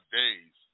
days